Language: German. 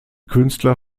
künstler